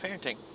parenting